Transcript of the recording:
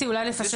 בבקשה.